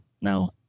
no